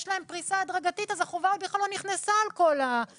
יש להן פריסה הדרגתית כך שהחובה עוד בכלל לא נכנסה לכל המקומות.